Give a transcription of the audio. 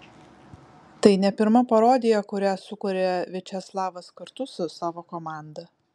tai ne pirma parodija kurią sukuria viačeslavas kartu su savo komanda